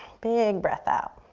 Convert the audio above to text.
big breath out.